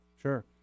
Sure